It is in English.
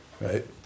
right